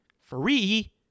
free